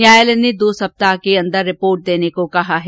न्यायालय ने दो सप्ताह के अंदर रिपोर्ट देने को कहा है